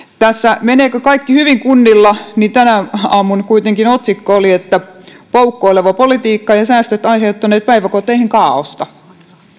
meneekö kaikki hyvin kunnilla tänä aamuna kuitenkin otsikko oli poukkoileva politiikka ja säästöt aiheuttaneet päiväkoteihin kaaosta